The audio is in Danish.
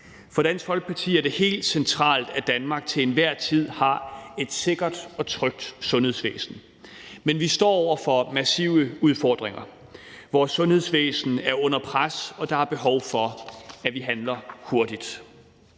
For Dansk Folkeparti er det helt centralt, at Danmark til enhver tid har et sikkert og trygt sundhedsvæsen. Men vi står over for massive udfordringer. Vores sundhedsvæsen er under pres, og der er behov for, at vi handler hurtigt.